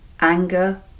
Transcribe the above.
anger